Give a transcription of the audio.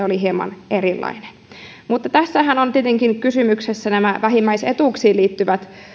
oli hieman erilainen tässähän ovat tietenkin kysymyksessä vähimmäisetuuksiin liittyvät